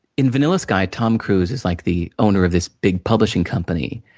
in vanilla sky, tom cruise is like the owner of this big publishing company,